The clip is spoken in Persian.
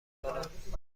کنم